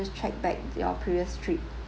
just check back your previous trip